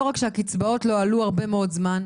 לא רק שהקצבאות לא עלו הרבה מאוד זמן,